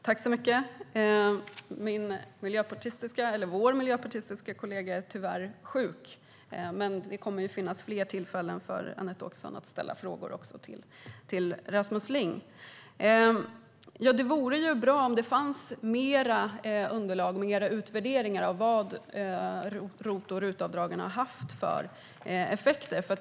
Herr talman! Vår miljöpartistiska kollega är tyvärr sjuk. Men det kommer att finnas fler tillfällen för Anette Åkesson att ställa frågor till Rasmus Ling. Det vore ju bra om det fanns mer underlag och utvärderingar när det gäller vad RUT och ROT-avdragen har haft för effekter.